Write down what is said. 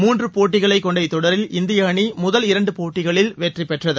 முன்று போட்டிகளை கொண்ட இத்தொடரில் இந்திய அணி முதல் இரண்டு போட்டிகளில் வெற்றி பெற்றது